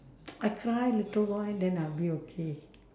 I cry little while then I'll be okay